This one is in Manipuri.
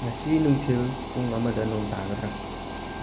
ꯉꯁꯤ ꯅꯨꯡꯊꯤꯜ ꯄꯨꯡ ꯑꯃꯗ ꯅꯣꯡ ꯇꯥꯒꯗ꯭ꯔꯥ